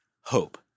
hope